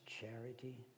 charity